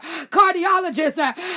cardiologist